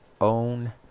own